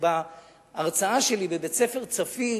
בהרצאה שלי בבית-הספר "צפית"